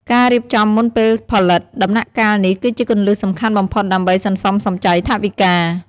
ការរៀបចំមុនពេលផលិត ដំណាក់កាលនេះគឺជាគន្លឹះសំខាន់បំផុតដើម្បីសន្សំសំចៃថវិកា។